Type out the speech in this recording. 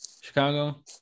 Chicago